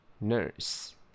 Nurse